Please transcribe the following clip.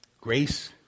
grace